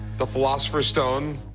the philosopher's stone.